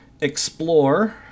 explore